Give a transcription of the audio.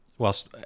whilst